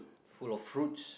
full of fruits